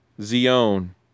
Zion